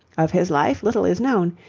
of his life little is known.